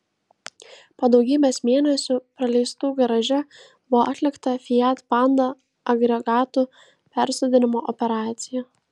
po daugybės mėnesių praleistų garaže buvo atlikta fiat panda agregatų persodinimo operacija